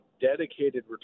dedicated